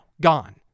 gone